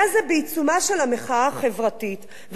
זה היה בעיצומה של המחאה החברתית,